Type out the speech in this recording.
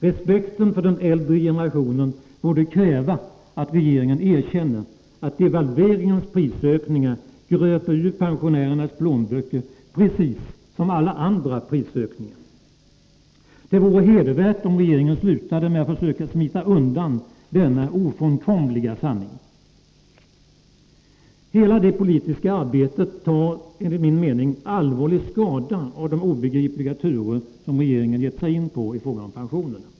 Respekten för den äldre generationen borde kräva att regeringen erkänner att devalveringens prisökningar gröper ur pensionärernas plånböcker precis som alla andra prisökningar. Det vore hedervärt om regeringen slutade med att försöka smita undan från denna ofrånkomliga sanning. Hela det politiska arbetet tar enligt min mening allvarlig skada av de obegripliga turer som regeringen gett sig in på i fråga om pensionerna.